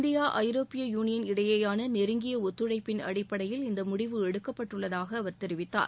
India ஐரோப்பிய union இடையேயான நெருங்கிய ஒத்துழைப்பின் அடிப்படையில் இந்த முடிவு எடுக்கப்பட்டுள்ளதாக அவர் தெரிவித்தார்